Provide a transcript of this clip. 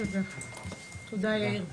תודה, יאיר.